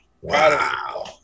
Wow